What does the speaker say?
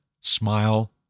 smile